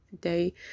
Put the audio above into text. day